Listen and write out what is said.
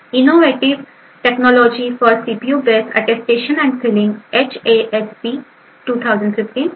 innovative technology for CPU base attestation and sealing HASP 2015